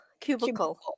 Cubicle